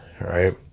right